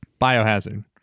Biohazard